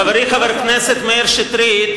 חברי חבר הכנסת מאיר שטרית,